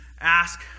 ask